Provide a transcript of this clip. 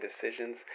decisions